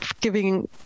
giving –